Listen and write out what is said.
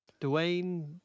Dwayne